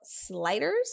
Sliders